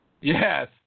Yes